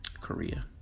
Korea